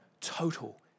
total